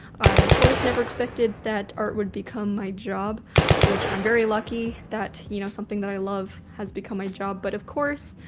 i, of course, never expected that art would become my job which i'm very lucky that, you know, something that i love has become my job. but of course,